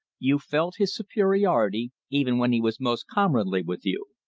you felt his superiority even when he was most comradely with you.